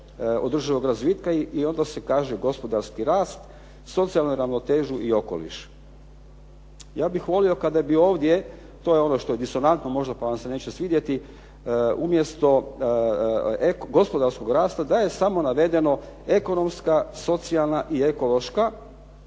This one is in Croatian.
održivog razvitka i onda se kaže gospodarski rast, socijalnu ravnotežu i okoliš. Ja bih volio kada bih ovdje, to je ono što je disonantno možda pa vam se neće svidjeti, umjesto gospodarskog rasta da je samo navedeno ekonomska, socijalna i ekološka